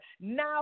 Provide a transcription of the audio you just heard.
now